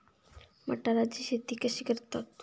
मटाराची शेती कशी करतात?